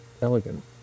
elegant